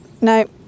no